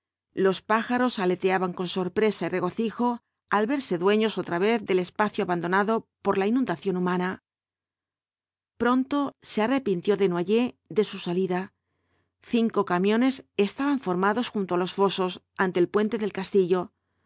los pájaros aleteaban con sorpresa y regocijo al verse dueños otra vez del espacio abandonado por la inundación humana pronto se arrepintió desnoyers de su salida cinco camiones estaban formados junto á los fosos ante el puente del castillo